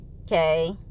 Okay